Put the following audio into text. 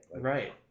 Right